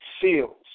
seals